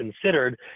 considered